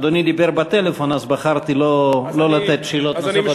אדוני דיבר בטלפון אז בחרתי לא לתת שאלות נוספות.